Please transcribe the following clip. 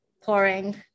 pouring